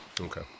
Okay